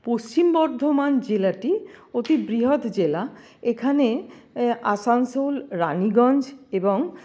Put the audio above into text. পশ্চিম বর্ধমান জেলাটি অতি বৃহৎ জেলা এখানে আসানসোল রানিগঞ্জ এবং